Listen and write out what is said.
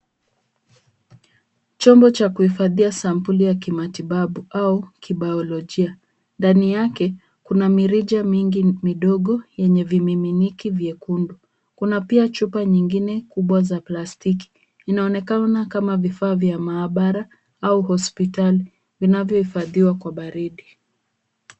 Chombo cha kuhifadhia sampuli ya kimatibabu au kibayolojia, ndani yake kuna mirija mingi midogo yenye miminiki vyekundu, kuna pia chupa nyingine kubwa za plastiki, inaonekana kama vifaa vya maabara au hospitali vinavyohifadhiwa kwa baridi.